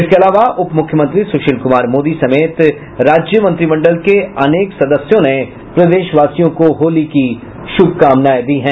इसके अलावा उपमुख्यमंत्री सुशील कुमार मोदी समेत राज्य मंत्रिमंडल के अनेक सदस्यों ने प्रदेशवासियों को होली की शुभकामनाएं दी हैं